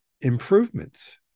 improvements